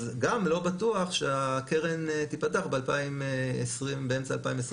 אז גם לא בטוח שהקרן תיפתח באמצע 2022